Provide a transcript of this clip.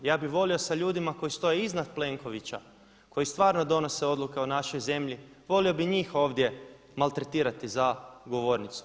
Ja bi volio sa ljudima koji stoje iznad Plenkovića koji stvarno donose odluke o našoj zemlji, volio bi njih ovdje maltretirati za govornicom.